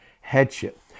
Headship